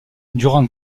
durant